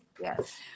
yes